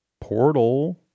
Portal